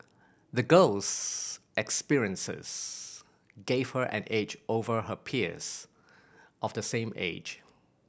the girl's experiences gave her an edge over her peers of the same age